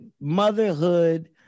motherhood